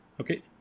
Okay